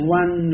one